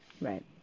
right